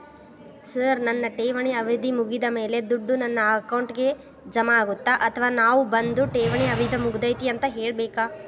Sir ನನ್ನ ಠೇವಣಿ ಅವಧಿ ಮುಗಿದಮೇಲೆ, ದುಡ್ಡು ನನ್ನ ಅಕೌಂಟ್ಗೆ ಜಮಾ ಆಗುತ್ತ ಅಥವಾ ನಾವ್ ಬಂದು ಠೇವಣಿ ಅವಧಿ ಮುಗದೈತಿ ಅಂತ ಹೇಳಬೇಕ?